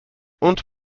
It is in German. und